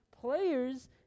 players